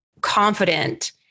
confident